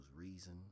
Reason